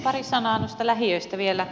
pari sanaa lähiöistä vielä